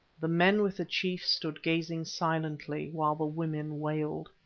the men with the chief stood gazing silently, while the women wailed.